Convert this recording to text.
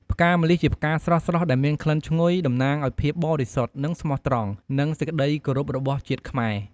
ផ្កាម្លិះជាផ្កាស្រស់ៗដែលមានក្លិនឈ្ងុយ តំណាងឲ្យភាពបរិសុទ្ធ និងស្មោះត្រង់ និងសេចក្ដីគោរពរបស់ជាតិខ្មែរ។